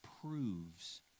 proves